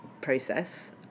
process